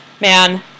Man